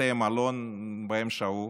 בבתי המלון שבהם שהו,